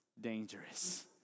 dangerous